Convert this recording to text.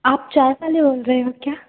आप चाय वाले बोल रहे हो क्या